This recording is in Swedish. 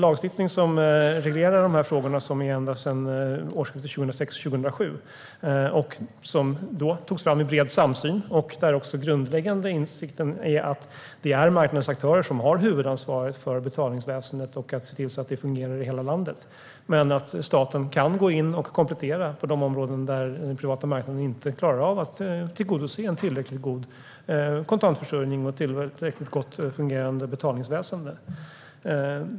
Lagstiftningen som reglerar dessa frågor har vi haft ända sedan årsskiftet 2006/07. Den togs då fram i bred samsyn, och den grundläggande insikten är att det är marknadsaktörer som har huvudansvaret för betalningsväsendet och som ska se till att det fungerar i hela landet. Staten kan dock gå in och komplettera på de områden där den privata marknaden inte klarar av att tillgodose en tillräckligt god kontantförsörjning och ett tillräckligt gott fungerande betalningsväsen.